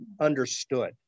understood